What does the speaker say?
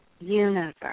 universe